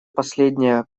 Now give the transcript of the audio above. последнее